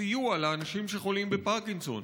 הסיוע לאנשים שחולים בפרקינסון.